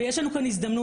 ויש לנו כאן הזדמנות,